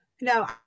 no